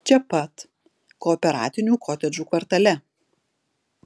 čia pat kooperatinių kotedžų kvartale